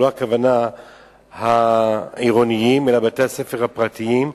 הכוונה לא לעירוניים אלא לבתי-הספר הפרטיים.